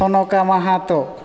Sonka Mahato